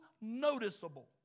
noticeable